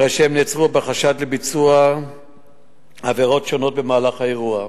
הרי שהם נעצרו בחשד לביצוע עבירות שונות במהלך האירוע,